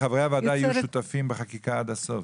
כי חברי הוועדה היו שותפים בחקיקה עד הסוף.